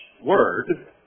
word